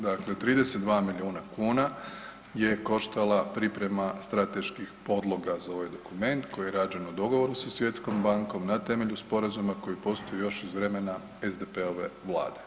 Dakle 32 milijuna kuna je koštala priprema strateških podloga za ovaj dokument koji je rađen u dogovoru sa Svjetskom bankom na temelju sporazuma koji postoji još iz vremena SDP-ove Vlade.